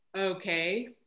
Okay